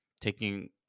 taking